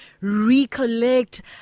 recollect